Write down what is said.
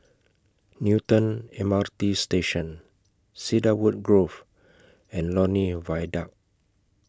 Newton M R T Station Cedarwood Grove and Lornie Viaduct